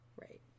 right